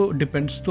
depends